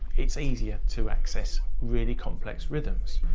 it's easier to access really complex rhythms,